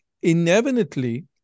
inevitably